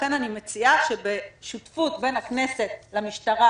לכן אני מציעה שבשותפות בין הכנסת למשטרה